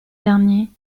derniers